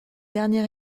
derniers